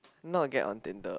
not get on Tinder